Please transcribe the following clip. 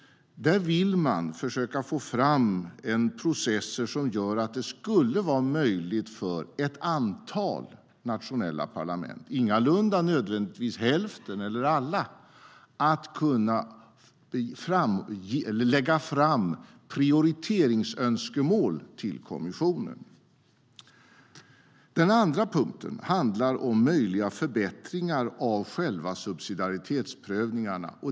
Där vill man försöka få fram processer som gör att det skulle vara möjligt för ett antal nationella parlament, ingalunda nödvändigtvis hälften eller alla, att kunna lägga fram prioriteringsönskemål till kommissionen. Den andra punkten handlar om möjliga förbättringar av själva subsidiaritetsprövningarna.